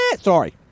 Sorry